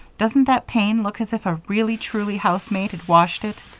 doesn't that pane look as if a really-truly housemaid had washed it?